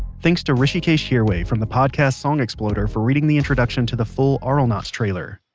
thanks to hrishikesh hirway from the podcast song exploder for reading the introduction to the full auralnauts trailer.